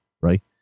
right